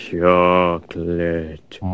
Chocolate